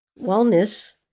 Wellness